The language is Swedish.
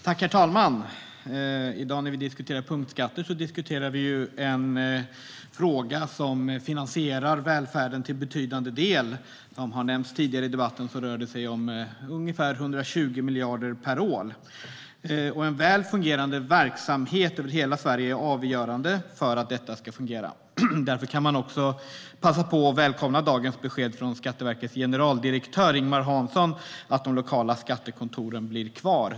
Herr talman! I dag när vi diskuterar punktskatter diskuterar vi något som finansierar välfärden till betydande del. Som har nämnts tidigare i debatten rör det sig om ungefär 120 miljarder per år. En väl fungerande verksamhet över hela Sverige är avgörande för att detta ska fungera. Därför kan jag passa på att välkomna dagens besked från Skatteverkets generaldirektör Ingemar Hansson om att de lokala skattekontoren blir kvar.